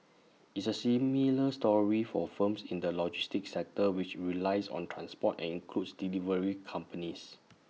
it's A similar story for firms in the logistics sector which relies on transport and includes delivery companies